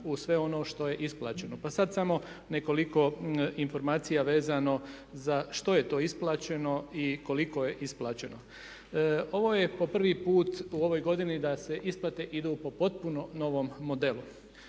u sve ono što je isplaćeno. Pa sad samo nekoliko informacija vezano za što je to isplaćeno i koliko je isplaćeno. Ovo je po prvi put u ovoj godini da sve isplate idu po potpuno novom modelu.